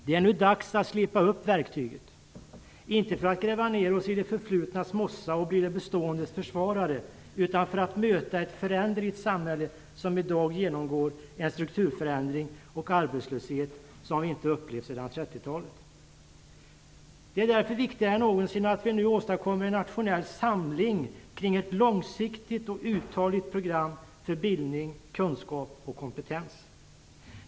Det är nu dags att slipa upp verktyget, inte för att gräva ner oss i de förflutnas mossa och bli de beståendes försvarare utan för att möta ett föränderligt samhälle som i dag genomgår en strukturförening och arbetslöshet som vi inte upplevt sedan 30-talet. Det är därför viktigare än någonsin att vi nu åstadkommer en nationell samling kring ett långsiktigt och uthålligt program för bildning, kunskap och kompetens.